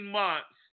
months